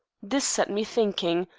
this set me thinking.